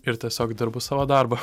ir tiesiog dirbu savo darbą